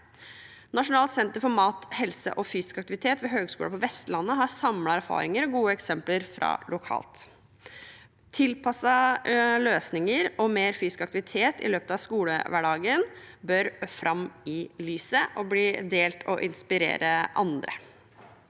Nasjonalt senter for mat, helse og fysisk aktivitet ved Høgskulen på Vestlandet har samlet erfaringer og gode eksempler fra lokalmiljø. Tilpassede løsninger og mer fysisk aktivitet i løpet av skoledagen bør fram i lyset og bli delt for å inspirere andre.